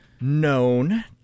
known